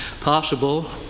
possible